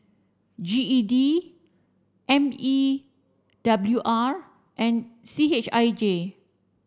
G E D M E W R and C H I J